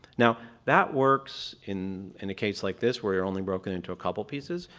now that works in in a case like this, where you're only broken into a couple of pieces,